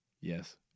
Yes